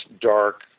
dark